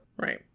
Right